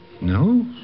No